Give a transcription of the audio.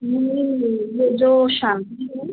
नहीं नहीं जो शादी है